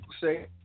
say